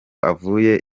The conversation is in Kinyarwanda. avuye